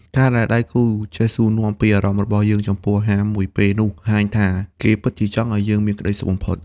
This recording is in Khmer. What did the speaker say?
ការដែលដៃគូចេះសួរនាំពីអារម្មណ៍របស់យើងចំពោះអាហារមួយពេលនោះ បង្ហាញថាគេពិតជាចង់ឱ្យយើងមានក្ដីសុខបំផុត។